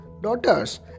daughters